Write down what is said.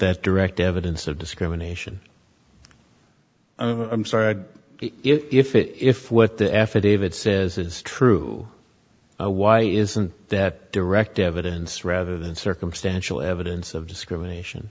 that direct evidence of discrimination i'm sorry if what the affidavit says is true why isn't that direct evidence rather than circumstantial evidence of discrimination